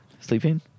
Sleeping